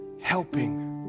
helping